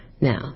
now